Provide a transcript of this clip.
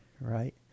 right